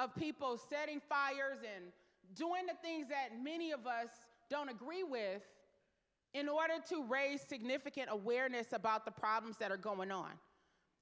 of people setting fires in doing the things that many of us don't agree with in order to raise significant awareness about the problems that are going on